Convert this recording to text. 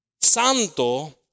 Santo